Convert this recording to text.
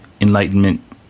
enlightenment